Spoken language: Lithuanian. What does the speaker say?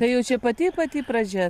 tai jau čia pati pati pradžia